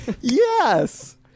Yes